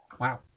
Wow